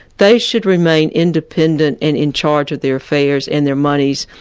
they should remain independent and in charge of their affairs and their monies,